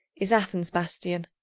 is athens' bastion,